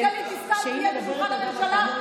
חשוב לי שגלית דיסטל תהיה בשולחן הממשלה,